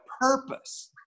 purpose